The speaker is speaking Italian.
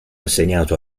assegnato